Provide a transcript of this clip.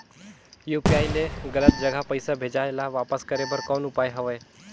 UPI ले गलत जगह पईसा भेजाय ल वापस करे बर कौन उपाय हवय?